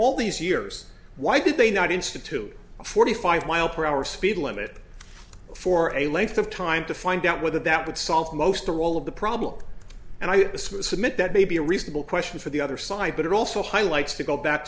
all these years why did they not institute a forty five mile per hour speed limit for a length of time to find out whether that would solve most or all of the problem and i submit that may be a reasonable question for the other side but it also highlights to go back